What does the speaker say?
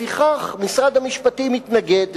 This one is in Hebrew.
לפיכך משרד המשפטים מתנגד,